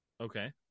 Okay